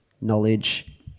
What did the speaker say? knowledge